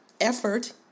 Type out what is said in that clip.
effort